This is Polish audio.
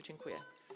Dziękuję.